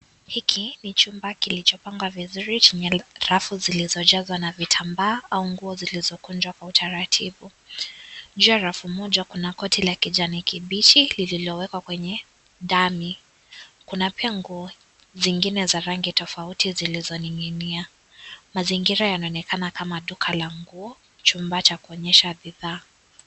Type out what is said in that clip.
Hiki ni chumba kilichopangwa vizuri chenye rafu zilizojazwa na vitambaa au nguo zilizokunjwa kwa utaratibu. Nje ya rafu moja kuna koti la kijani kibichi lililowekwa kwenye ndani. Kuna pia nguo zingine za rangi tofauti zilizoning'inia. Mazingira yanaonekana kama duka la nguo, chumba cha kuonyesha bidhaa.